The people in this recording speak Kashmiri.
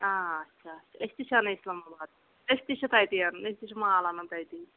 آچھا آچھا اسۍ تہ چھِ اںان اسلام اباد اسۍ تہ چھِ تَتی انان اسۍ تہ چھِ مال انان تَتی